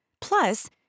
Plus